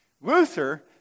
Luther